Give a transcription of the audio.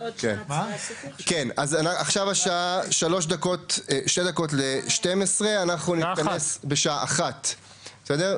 אז עכשיו השעה 11:58. אנחנו נתכנס בשעה 13:00. בסדר?